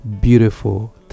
beautiful